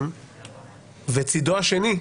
וצידו השני,